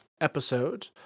episode